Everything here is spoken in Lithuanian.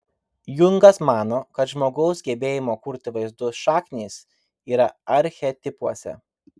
jungas mano kad žmogaus gebėjimo kurti vaizdus šaknys yra archetipuose